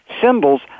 Symbols